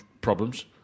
problems